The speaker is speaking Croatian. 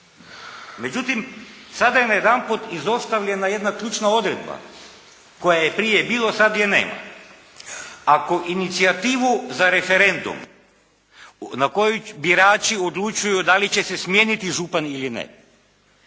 Međutim, sada je najedanput izostavljena jedna ključna odredba koje je prije bilo, sad je nama. Ako inicijativu za referendum na koju birači odlučuju da li će se smijeniti župan ili ne